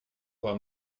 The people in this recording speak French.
voir